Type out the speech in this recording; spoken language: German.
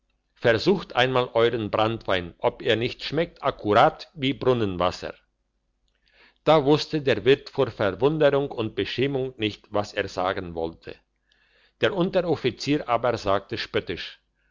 versucht einmal euern branntwein ob er nicht schmeckt akkurat wie brunnenwasser da wusste der wirt vor verwunderung und beschämung nicht was er sagen wollte der unteroffizier aber sagte spöttisch